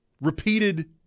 Repeated